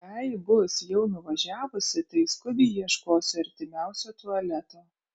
jei bus jau nuvažiavusi tai skubiai ieškosiu artimiausio tualeto